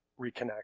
Reconnect